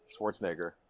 Schwarzenegger